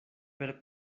per